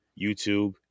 YouTube